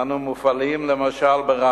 אנו מופלים לרעה.